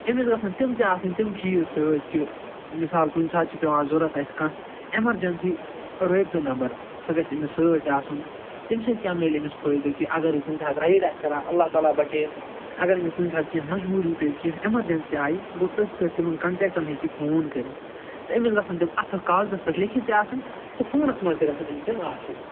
أمِس گژھَن تِم تہِ آسٕنۍ تِم چیٖز سۭتۍ کہ مِثال کُنہِ ساتہٕ چھِ پٮ۪وان ضُوٚرَتھ اَسہِ کانٛہہ اٮ۪مَرجَنسی رٲبطہٕ نمٛبَر سُہ گژھِ أمِس سۭتۍ آسُن تٔمۍ سۭتۍ کیٛاہ میٚلہِ أمِس فٲیِدٕ کہ اَگر یہِ کُنہِ ساتہٕ رایِڈ آسہِ کران اللہ تعالٰۍ بچٲیِن اَگر أمِس کُنہِ ساتہٕ کیٚنہہ مجبوٗری پیٚیہِ کیٚنہہ اٮ۪مَرجَنسی آیہِ گوٚو تٔتھۍ پٮ۪ٹھ تِمَن کَنٛٹیٚکٹَن ہٮ۪کہِ یہِ فون کٔرِتھ تہِ أمِس گژھَن تِم اَکھ کاکدَس پٮ۪ٹھ لیٚکِتھ تہِ آسٕنۍ تہٕ فونَس منٛز تہِ گژھَن أمِس تِم آسٕنۍ